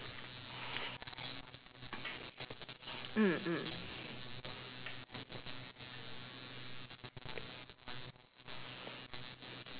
mm mm